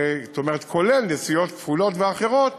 זאת אומרת כולל נסיעות כפולות ואחרות,